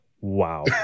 wow